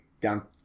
down